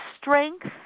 strength